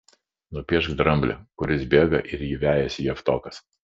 nupiešk dramblį kuris bėga ir jį vejasi javtokas